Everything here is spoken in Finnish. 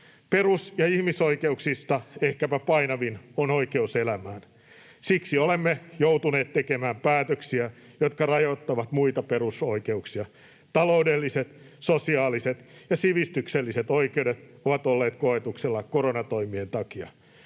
Perus- ja ihmisoikeuksista ehkäpä painavin on oikeus elämään. Siksi olemme joutuneet tekemään päätöksiä, jotka rajoittavat muita perusoikeuksia. Taloudelliset, sosiaaliset ja sivistykselliset oikeudet ovat olleet koetuksella koronatoimien takia.